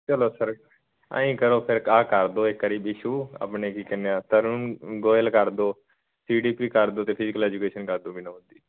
ਚਲੋ ਸਰ ਐਂ ਕਰੋ ਫਿਰ ਆਹ ਕਰ ਦਿਓ ਇੱਕ ਵਾਰੀ ਇਸ਼ੂ ਆਪਣੇ ਕੀ ਕਹਿੰਦੇ ਤਰੁਣ ਗੋਇਲ ਕਰ ਦਿਓ ਸੀਡੀਪੀ ਕਰਦੋ ਅਤੇ ਫਿਜੀਕਲ ਐਜੂਕੇਸ਼ਨ ਕਰ ਦਿਓ ਵਿਨੋਦ ਦੀ